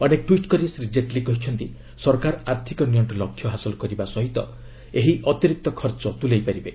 ଅନେକ ଟ୍ୱିଟ୍ କରି ଶ୍ରୀ ଜେଟ୍ଲୀ କହିଛନ୍ତି ସରକାର ଆର୍ଥକ ନିଅକ୍କ ଲକ୍ଷ୍ୟ ହାସଲ କରିବା ସହିତ ଏହି ଅତିରିକ୍ତ ଖର୍ଚ୍ଚ ତ୍ଲାଇପାରିବେ